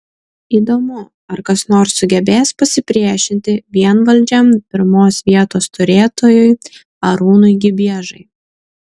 įdomu ar kas nors sugebės pasipriešinti vienvaldžiam pirmos vietos turėtojui arūnui gibiežai